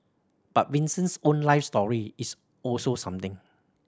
but Vincent's own life story is also something